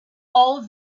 all